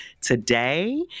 today